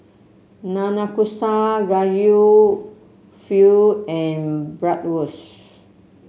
Nanakusa Gayu Pho and Bratwurst